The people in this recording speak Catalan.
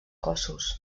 cossos